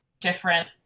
different